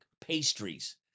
pastries